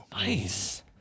Nice